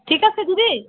ঠিক আছে দিদি